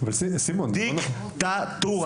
דיקטטורה,